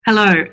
Hello